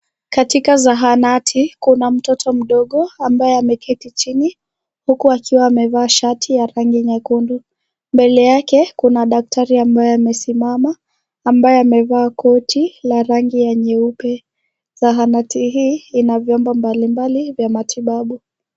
Katika zahanati kuna mtoto mdogo ambaye ameketi chini, huku akiwa amevaa shati ya rangi nyekundu, mbele yake kuna daktari ambaye amesimama, ambaye amevaa koti, la rangi ya nyeupe, zahanati hii ina vyombo mbali mbali vya matibabu.